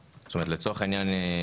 זאת הבעיה.